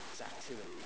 activity